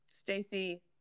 Stacey